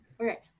Okay